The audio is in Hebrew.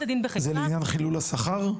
הדין בחיפה --- זה לעניין חילול השכר?